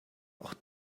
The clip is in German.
auch